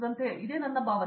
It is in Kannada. ಆದ್ದರಿಂದ ಹಾಗೆ ನನ್ನ ಭಾವನೆ